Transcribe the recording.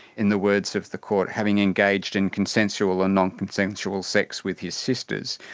in the words of the court, having engaged in consensual and non-consensual sex with his sisters.